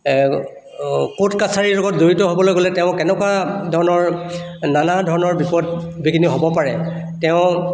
court কাছাৰীৰ লগত জড়িত হ'বলৈ গ'লে তেওঁ কেনেকুৱা ধৰণৰ নানা ধৰণৰ বিপদ বিঘিনি হ'ব পাৰে তেওঁ